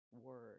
word